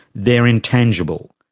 they're intangible.